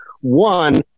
One